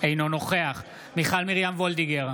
אינו נוכח מיכל מרים וולדיגר,